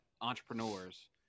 entrepreneurs